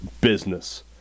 business